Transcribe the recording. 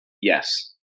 Yes